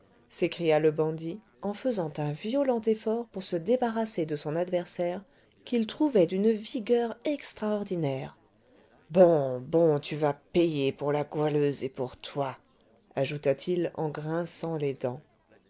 s'écria le bandit en faisant un violent effort pour se débarrasser de son adversaire qu'il trouvait d'une vigueur extraordinaire bon bon tu vas payer pour la goualeuse et pour toi ajouta-t-il en grinçant les dents